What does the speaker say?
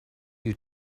you